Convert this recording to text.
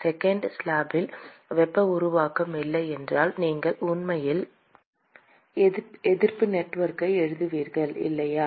second ஸ்லாப்பில் வெப்ப உருவாக்கம் இல்லை என்றால் நீங்கள் உண்மையில் எதிர்ப்பு நெட்வொர்க்கை எழுதுவீர்கள் இல்லையா